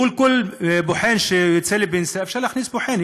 מול כל בוחן שיוצא לפנסיה אפשר להכניס בוחן,